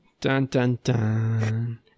Dun-dun-dun